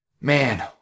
man